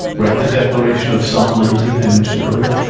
right, the declaration of psalm nineteen, i mentioned earlier,